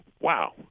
wow